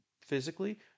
physically